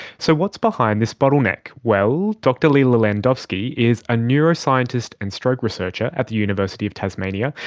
so what's behind this bottleneck? well, dr lila landowski is a neuroscientist and stroke researcher at the university of tasmania.